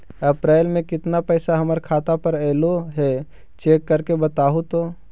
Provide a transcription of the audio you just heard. अप्रैल में केतना पैसा हमर खाता पर अएलो है चेक कर के बताहू तो?